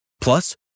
Plus